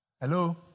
Hello